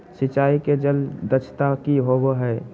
सिंचाई के जल दक्षता कि होवय हैय?